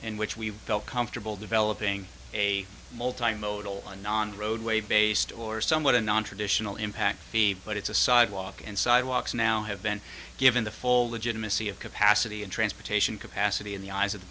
in which we felt comfortable developing a multi modal and non roadway based or somewhat a nontraditional impact but it's a sidewalk and sidewalks now have been given the full legitimacy of capacity and transportation capacity in the eyes of